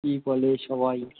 কী বলে সবাই